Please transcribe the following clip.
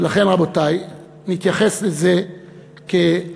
ולכן, רבותי, נתייחס לזה באמת